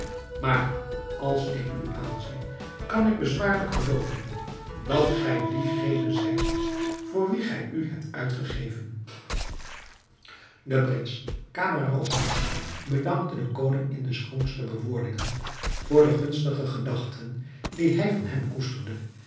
maar als ik u aanzie kan ik bezwaarlijk gelooven dat gij diegene zijt voor wien gij u hebt uitgegeven de prins camaralzaman bedankte den koning in de schoonste bewoordingen voor de gunstige gedachten die hij van hem koesterde